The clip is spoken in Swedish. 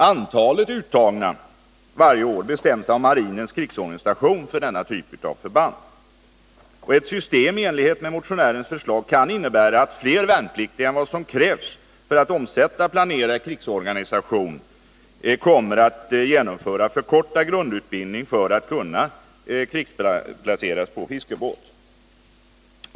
Antalet uttagna varje år bestäms av marinens krigsorganisation för denna typ av förband. Ett system i enlighet med motionärens förslag kan innebära att fler värnpliktiga än vad som krävs enligt planerad krigsorganisation kommer att genomföra förkortad grundutbildning för att kunna krigsplaceras på fiskebåt.